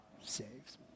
saves